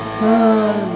sun